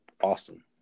awesome